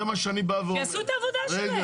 שיעשו את העבודה שלהם.